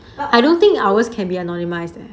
but I don't think ours can be anonymise leh